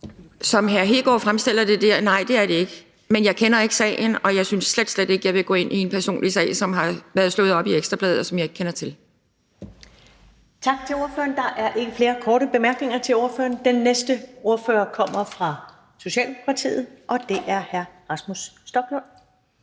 Kristian Hegaard fremstiller det, så er svaret: Nej, det er det ikke. Men jeg kender ikke sagen, og jeg synes slet, slet ikke, at jeg vil gå ind i en personlig sag, som har været slået op i Ekstra Bladet, og som jeg ikke kender til. Kl. 10:55 Første næstformand (Karen Ellemann): Tak til ordføreren. Der er ikke flere korte bemærkninger til ordføreren. Den næste ordfører kommer fra Socialdemokratiet, og det er hr. Rasmus Stoklund.